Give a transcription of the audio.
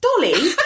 dolly